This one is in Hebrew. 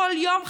כל יום,